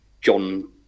John